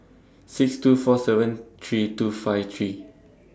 six two four seven three two five three